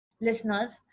Listeners